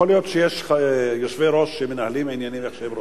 יכול להיות שיש יושבי-ראש שמנהלים עניינים איך שהם רוצים.